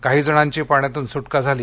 काही जणांची पाण्यातून सुटका झाली